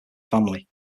family